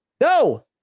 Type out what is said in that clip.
no